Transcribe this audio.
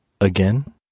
again